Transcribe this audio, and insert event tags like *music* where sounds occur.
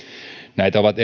näitä ovat *unintelligible*